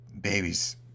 babies